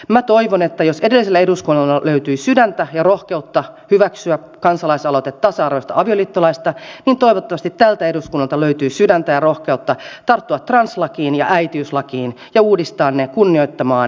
minä toivon että jos edelliseltä eduskunnalta löytyi sydäntä ja rohkeutta hyväksyä kansalaisaloite tasa arvoisesta avioliittolaista niin toivottavasti tältä eduskunnalta löytyy sydäntä ja rohkeutta tarttua translakiin ja äitiyslakiin ja uudistaa ne kunnioittamaan ihmisoikeuksia